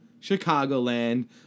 Chicagoland